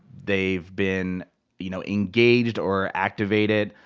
they've been you know engaged or activated.